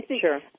sure